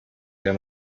der